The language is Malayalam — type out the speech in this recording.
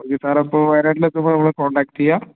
ഓക്കെ സാറപ്പോൾ വയനാട്ടിലെത്തുമ്പോൾ നമ്മളെ കോണ്ടാക്ട് ചെയ്യുക